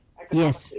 Yes